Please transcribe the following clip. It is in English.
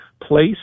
place